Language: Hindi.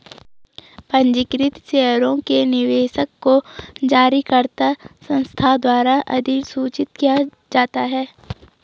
पंजीकृत शेयरों के निवेशक को जारीकर्ता संस्था द्वारा अधिसूचित किया जाता है